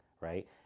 right